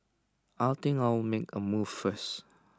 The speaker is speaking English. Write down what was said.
I'll think I'll make A move first